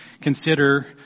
consider